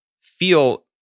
feel